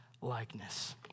likeness